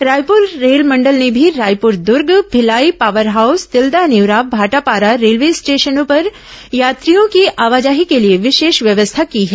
रायपुर रेलमंडल ने भी Raipur Durg Bhilai power house Tilda Neora Bhatapara railway स्टेशनों पर यात्रियों की आवाजाही के लिए विशेष व्यवस्था की है